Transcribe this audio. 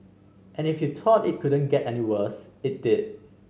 and if you thought it couldn't get any worse it did